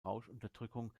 rauschunterdrückung